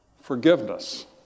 Forgiveness